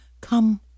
come